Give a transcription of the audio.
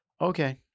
okay